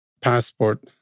passport